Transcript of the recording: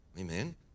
amen